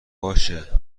باشه